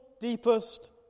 deepest